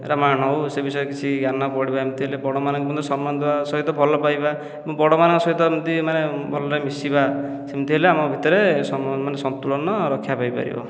ରାମାୟଣ ହେଉ ସେ ବିଷୟରେ କିଛି ଜ୍ଞାନ ପଢ଼ିବା ଏମିତି ହେଲେ ବଡ଼ମାନଙ୍କୁ ମଧ୍ୟ ସମ୍ମାନ ଦେବା ସହିତ ଭଲ ପାଇବା ବଡ଼ମାନଙ୍କ ସହିତ ଏମିତି ମାନେ ଭଲରେ ମିଶିବା ସେମିତି ହେଲେ ଆମ ଭିତରେ ମାନେ ସନ୍ତୁଳନ ରକ୍ଷା ପାଇ ପାରିବ